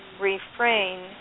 refrain